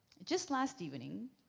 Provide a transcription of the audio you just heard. just last evening,